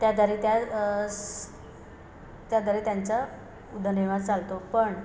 त्याद्वारे त्या स्स त्याद्वारे त्यांचा उदनिर्वाह चालतो पण